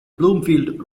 bloomfield